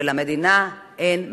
ולמדינה אין מענה.